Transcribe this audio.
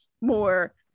more